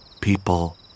people